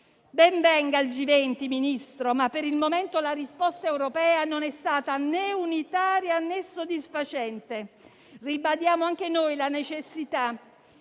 Ben venga il G20, signor Ministro, ma per il momento la risposta europea non è stata né unitaria, né soddisfacente. Ribadiamo anche noi la necessità